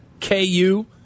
KU